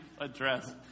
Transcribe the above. address